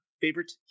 Favorite